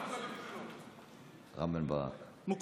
כי אנחנו